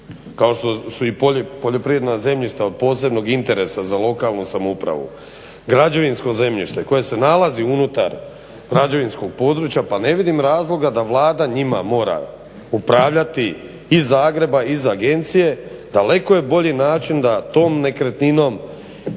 kao što su i poljoprivredna zemljišta od posebnog interesa za lokalnu samoupravu, građevinsko zemljište koje se nalazi unutar građevinskog područja pa ne vidim razloga da Vlada njima mora upravljati iz Zagreba, iz agencije. Daleko je bolji način da tom nekretninom,